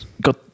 got